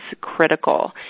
critical